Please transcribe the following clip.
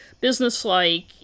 businesslike